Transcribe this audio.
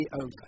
over